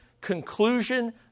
Conclusion